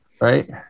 Right